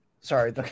Sorry